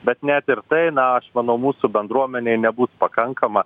bet net ir tai na aš manau mūsų bendruomenei nebus pakankama